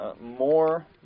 more